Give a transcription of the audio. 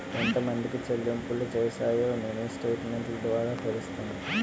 ఎంతమందికి చెల్లింపులు చేశామో మినీ స్టేట్మెంట్ ద్వారా తెలుస్తుంది